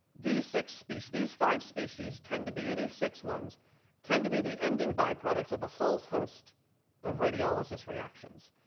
these six species these five species tend to be or these six ones tend to be the ending byproducts of a whole host of radiolysis reactions.